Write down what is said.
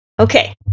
Okay